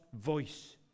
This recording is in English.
voice